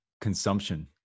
consumption